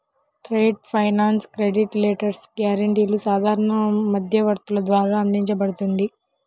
trade finance credit letters, గ్యారెంటీలు సాధారణ మధ్యవర్తుల ద్వారా అందించబడుతుంది